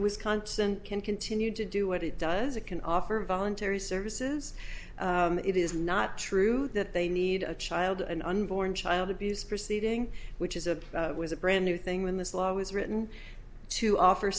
wisconsin can continue to do what it does it can offer voluntary services it is not true that they need a child an unborn child abuse proceeding which is a was a brand new thing when this law was written to offer